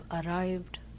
arrived